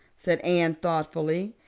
said anne thoughtfully.